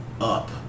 Up